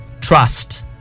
trust